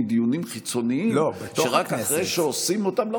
דיונים חיצוניים שרק אחרי שעושים אותם --- לא,